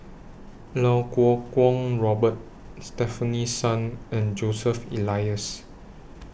Iau Kuo Kwong Robert Stefanie Sun and Joseph Elias